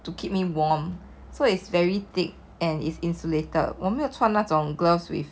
to keep me warm so it's very thick and is insulated 我没有穿那种 gloves with